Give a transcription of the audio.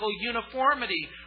uniformity